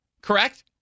Correct